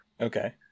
Okay